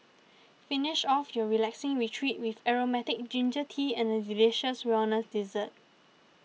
finish off your relaxing retreat with aromatic ginger tea and a delicious wellness dessert